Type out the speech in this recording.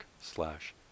slash